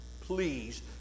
Please